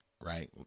right